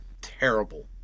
terrible